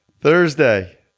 Thursday